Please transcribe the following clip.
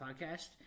podcast